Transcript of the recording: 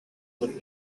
would